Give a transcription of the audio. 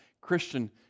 Christian